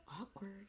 Awkward